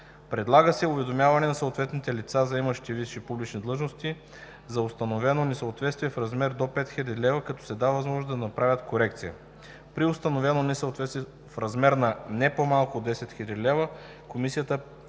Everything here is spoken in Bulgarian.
Предлага се уведомяване на съответните лица, заемащи висши публични длъжности, за установено несъответствие в размер до 5000 лв., като се дава възможност да направят корекция. При установено несъответствие в размер на не по-малко от 10 000 лв. Комисията